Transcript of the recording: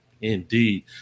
Indeed